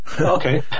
Okay